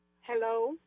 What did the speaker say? Hello